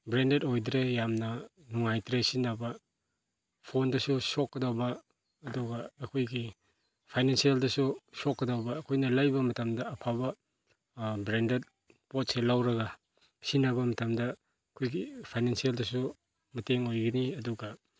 branded ꯑꯣꯏꯗ꯭ꯔꯦ ꯌꯥꯝꯅ ꯅꯨꯡꯉꯥꯏꯇ꯭ꯔꯦ ꯁꯤꯖꯤꯟꯅꯕ ꯐꯣꯟꯗꯁꯨ ꯁꯣꯛꯀꯗꯕ ꯑꯗꯨꯒ ꯑꯩꯈꯣꯏꯒꯤ ꯐꯥꯏꯅꯥꯟꯁꯤꯌꯦꯜꯗꯁꯨ ꯁꯣꯛꯀꯗꯕ ꯑꯩꯈꯣꯏꯅ ꯂꯩꯕ ꯃꯇꯝꯗ ꯑꯐꯕ ꯕ꯭ꯔꯦꯟꯗꯦꯗ ꯄꯣꯠꯁꯦ ꯂꯧꯔꯒ ꯁꯤꯖꯤꯟꯅꯕ ꯃꯇꯝꯗ ꯑꯩꯈꯣꯏꯒꯤ ꯐꯥꯏꯅꯥꯟꯁꯤꯌꯦꯜꯗꯁꯨ ꯃꯇꯦꯡ ꯑꯣꯏꯒꯅꯤ ꯑꯗꯨꯒ